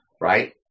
right